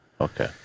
Okay